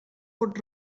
pot